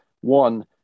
one